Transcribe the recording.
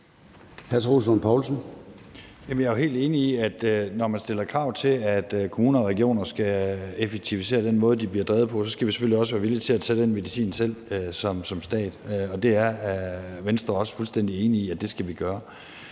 Jeg er helt enig i, at når man stiller krav til, at kommuner og regioner skal effektivisere den måde, de bliver drevet på, så skal vi selvfølgelig også være villige til at tage den medicin selv som stat. Det er Venstre også fuldstændig enig i at vi skal gøre.